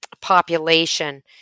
population